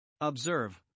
Observe